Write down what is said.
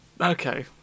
Okay